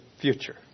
future